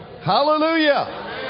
Hallelujah